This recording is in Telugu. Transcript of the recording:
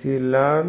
jwμ∊